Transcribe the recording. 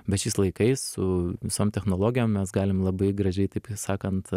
bet šiais laikais su visom technologijom mes galim labai gražiai taip sakant